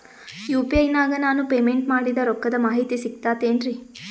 UPI ನಾಗ ನಾನು payment ಮಾಡಿದ ರೊಕ್ಕದ ಮಾಹಿತಿ ಸಿಕ್ತಾತೇನ್ರೀ?